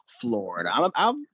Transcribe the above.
Florida